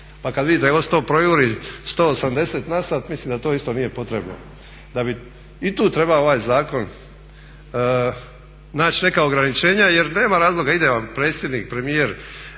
pa kad vidite da projuri 180 na sat mislim da to isto nije potrebno. Da bi i tu trebao ovaj zakon naći neka ograničenja jer nema razloga, ide vam predsjednik, premijer,